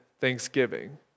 thanksgiving